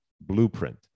blueprint